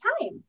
time